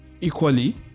Equally